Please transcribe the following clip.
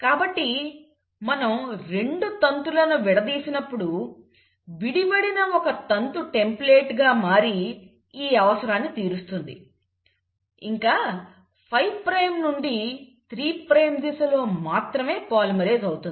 కాబట్టి మనంరెండు తంతులను విడదీసినప్పుడు విడివడిన ఒక తంతు టెంప్లేట్గా మరి ఈ అవసరాన్ని తీరుస్తుంది ఇంకా 5 ప్రైమ్ నుండి 3 ప్రైమ్ దిశలో మాత్రమే పాలిమరేస్ అవుతుంది